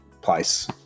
place